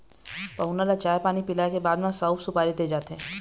पहुना ल चाय पानी पिलाए के बाद म सउफ, सुपारी दे जाथे